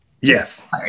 Yes